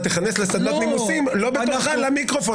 תכנס לסדנת נימוסים לא בתורך למיקרופון.